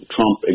Trump